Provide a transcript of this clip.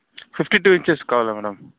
fifty two inches కావాలి madam